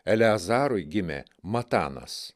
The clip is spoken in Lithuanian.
eliazarui gimė matanas